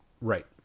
right